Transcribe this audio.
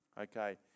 Okay